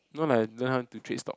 no lah learn how to trade stock